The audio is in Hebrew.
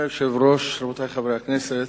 אדוני היושב-ראש, רבותי חברי הכנסת,